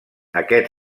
aquest